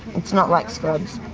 it's not like scrubs.